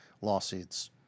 lawsuits